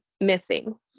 missing